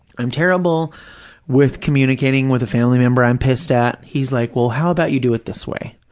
i'm terrible with communicating with a family member i'm pissed at, he's like, well, how about you do it this way.